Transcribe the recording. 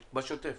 בשוטף.